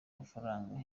mafaranga